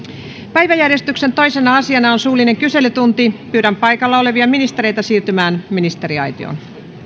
päiväjärjestyksen toisena asiana on suullinen kyselytunti pyydän paikalla olevia ministereitä siirtymään ministeriaitioon